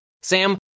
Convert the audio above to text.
Sam